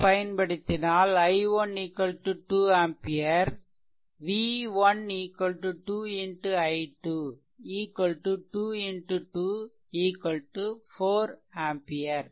KVL பயன்படுத்தினால் i1 2 ampere V1 2X i2 2X2 4 ampere